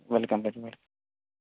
welcome ਭਾ ਜੀ well